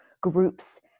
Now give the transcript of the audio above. groups